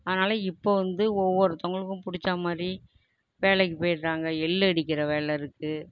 அதனால் இப்போது வந்து ஒவ்வொருத்தவங்களுக்கும் பிடிச்சா மாதிரி வேலைக்கு போடுறாங்க எள் அடிக்கிற வேலை இருக்குது